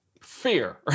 fear